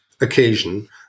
occasion